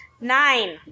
nine